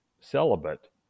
celibate